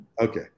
Okay